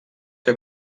que